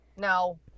No